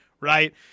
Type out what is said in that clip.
right